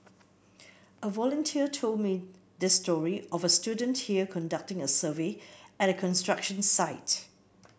a volunteer told me this story of a student here conducting a survey at a construction site